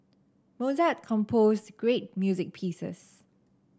Mozart composed great music pieces